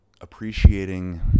appreciating